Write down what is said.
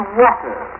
water